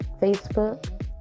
facebook